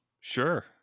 Sure